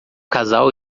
casal